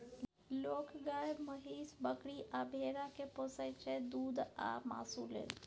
लोक गाए, महीष, बकरी आ भेड़ा केँ पोसय छै दुध आ मासु लेल